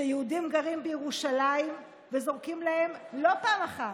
שיהודים גרים בירושלים וזורקים להם לא פעם אחת,